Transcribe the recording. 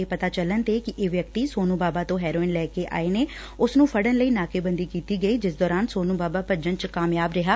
ਇਹ ਪਤਾ ਚੱਲਣ ਤੇ ਕਿ ਇਹ ਵਿਅਕਤੀ ਸੋਨੂੰ ਬਾਬਾ ਤੋਂ ਹੈਰੋਇਨ ਲੈ ਕੇ ਆਉਂਦੇ ਨੇ ਤਾਂ ਉਸ ਨੂੰ ਫੜਣ ਲਈ ਨਾਕੇ ਬੰਦੀ ਕੀਤੀ ਗਈ ਜਿਸ ਦੌਰਾਨ ਸੋਨੂੰ ਬਾਬਾ ਭੱਜਣ ਚ ਕਾਮਯਾਬ ਰਿਹਾ